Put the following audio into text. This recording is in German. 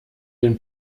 den